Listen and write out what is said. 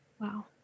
wow